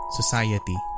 society